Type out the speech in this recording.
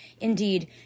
indeed